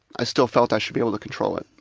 i still felt i should be able to control it.